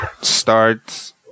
start